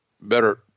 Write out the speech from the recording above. better